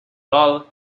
dol